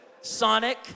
Sonic